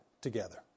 together